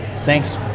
Thanks